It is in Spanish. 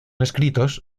escritos